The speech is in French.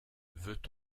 veut